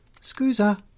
Scusa